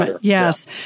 Yes